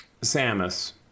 Samus